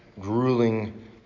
grueling